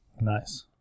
Nice